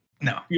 No